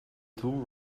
tool